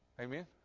Amen